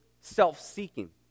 self-seeking